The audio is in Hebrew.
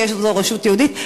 תהיה זו רשות יהודית,